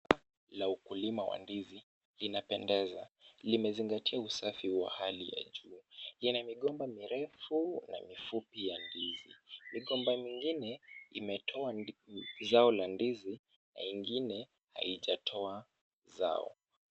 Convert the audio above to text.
La ukulima wa ndizi linapendeza, limezingatia usafi wa hali ya juu. Ina migomba mirefu na mifupi ya ndizi. Migomba mingine imetoa zao la ndizi na ingine halijaota zao.